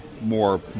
more